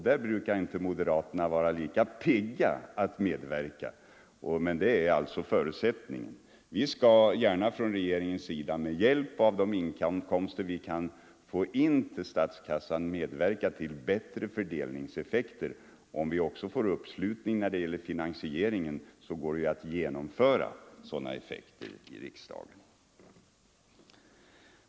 Där brukar inte moderaterna vara lika pigga att medverka, men det är alltså förutsättningen. Regeringen skall gärna, med hjälp av de inkomster vi kan få in till statskassan, medverka till bättre fördelningseffekter. Om vi också får uppslutning när det gäller finansieringen går det ju att i riksdagen genomföra sådana effekter.